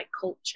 culture